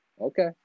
Okay